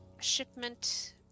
shipment